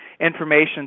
information